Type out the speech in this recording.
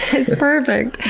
it's perfect.